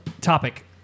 topic